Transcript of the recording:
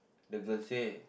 the girl say